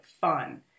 fun